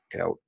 out